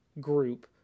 group